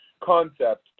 concept